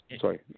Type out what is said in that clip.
Sorry